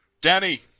Danny